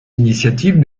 initiatives